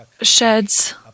sheds